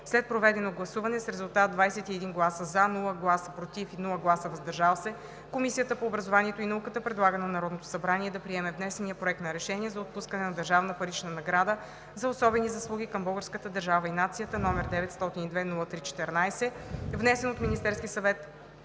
След проведено гласуване с резултат 21 гласа „за“, без „против“ и „въздържал се“ Комисията по образованието и науката предлага на Народното събрание да приеме внесения Проект на решение за отпускане на държавна парична награда за особени заслуги към българската държава и нацията, № 902-03-14, внесен от Министерския съвет